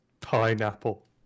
pineapple